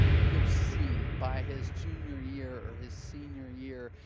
you'll see by his junior year or his senior year,